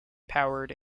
powered